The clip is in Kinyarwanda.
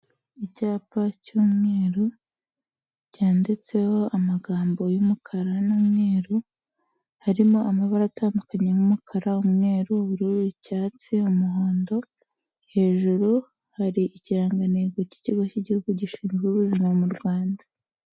Icyapa cy'umweru cyanditseho amagambo y'umukara n'umweru, harimo amabara atandukanye nk'umukara, umweru, ubururu, icyatsi, umuhondo, hejuru hari ikirangantego cy'Ikigo cy'Igihugu gishinzwe Ubuzima mu Rwanda.